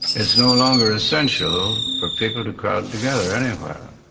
it's no longer essential for people to crowd together, anywhere.